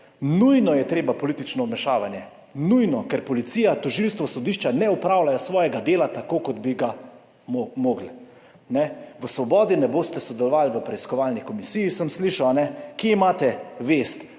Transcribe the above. nujno je potrebno politično vmešavanje, ker policija, tožilstvo, sodišča ne opravljajo svojega dela tako, kot bi ga morali. V Svobodi ne boste sodelovali v preiskovalni komisiji, sem slišal. Kje imate vest?